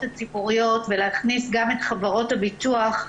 הציבוריות ולהכניס גם את חברות הביטוח,